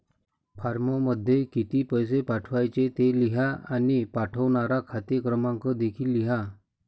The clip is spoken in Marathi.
फॉर्ममध्ये किती पैसे पाठवायचे ते लिहा आणि पाठवणारा खाते क्रमांक देखील लिहा